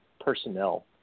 personnel